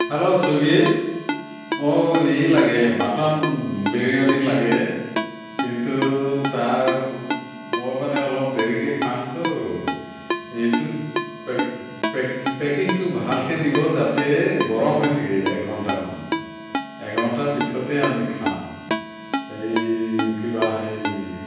hello Swiggy মোক ই লাগে মাটন বিৰিয়ানি লাগে কিন্তু তাৰ মই মানে অলপ দেৰিকে খামতো এইটোত পেক পেক পেকিংটো ভালকে দিব যাতে গৰম হৈ থাকে এঘণ্টামান এঘন্টাৰ পিছতেই আমি খাম এই কিবা সেই